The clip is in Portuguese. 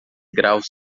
graus